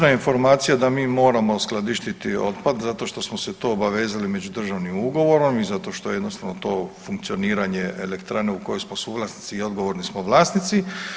Točna je informacija da mi moramo uskladištiti otpad zato što smo se to obvezali međudržavnim ugovorom i zato što jednostavno to funkcioniranje elektrane u kojoj smo suvlasnici i odgovorna smo vlasnici.